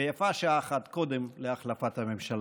ויפה שעה אחת קודם להחלפת הממשלה.